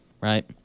right